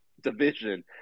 division